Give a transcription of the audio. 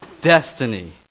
destiny